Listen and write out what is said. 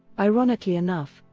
ironically enough,